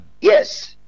yes